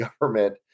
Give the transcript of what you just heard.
government